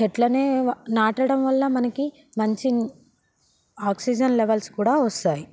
చెట్లని నాటడం వల్ల మనకి మంచి ఆక్సిజన్ లెవల్స్ కూడా వస్తాయి